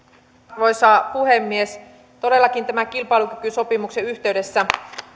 arvoisa puhemies tämä kilpailukykysopimuksen yhteydessä